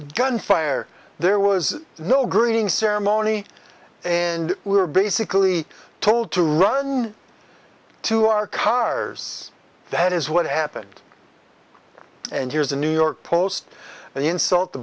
gunfire there was no greeting ceremony and we were basically told to run to our cars that is what happened and here's the new york post and insult the